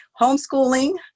homeschooling